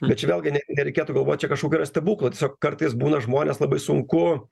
bet čia vėlgi nereikėtų galvot čia kažkokio yra stebuklo tiesiog kartais būna žmones labai sunku